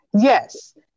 Yes